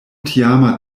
tiama